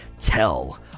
tell